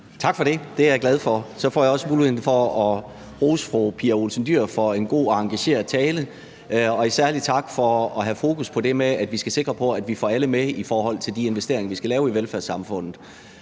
Tak for det. Det er jeg glad for, for så får jeg også muligheden for at rose fru Pia Olsen Dyhr for en god og engageret tale og komme med en særlig tak for at have fokus på det med, at vi skal være sikre på, at vi får alle med i forhold til de investeringer, vi skal lave i velfærdssamfundet.